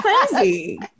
crazy